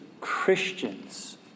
Christians